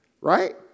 right